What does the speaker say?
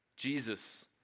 Jesus